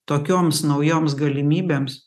tokioms naujoms galimybėms